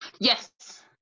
Yes